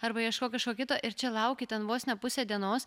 arba ieškok kažko kito ir čia lauki ten vos ne pusę dienos